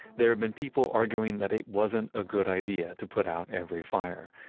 there have been people arguing that it wasn't a good idea to put out every fire.